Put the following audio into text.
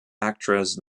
actress